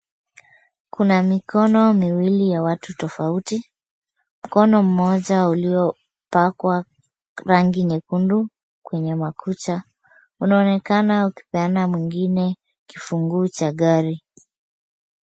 Kuna mikono miwili ya watu tofauti. Mkono mmoja uliopakwa rangi nyekundu kwenye makucha, unaonekana ukipeana mwingine kifunguu cha gari.